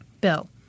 Bill